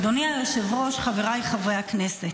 אדוני היושב-ראש, חבריי חברי הכנסת,